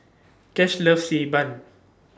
Cash loves Xi Ban